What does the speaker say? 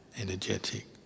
energetic